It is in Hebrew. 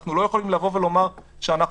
ואנחנו לא יכולים לבוא ולומר שאנחנו